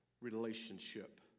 relationship